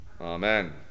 Amen